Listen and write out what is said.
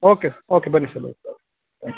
okay okay ಬನ್ನಿ sir okay thank you